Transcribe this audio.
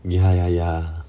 ya ya ya